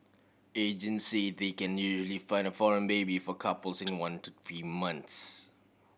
agent say they can usually find a foreign baby for couples in one to three months